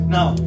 Now